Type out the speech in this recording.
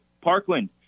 Parkland